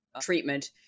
treatment